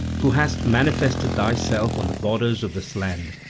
who hast manifested thyself on the borders of this land,